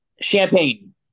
champagne